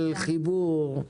של חיבור.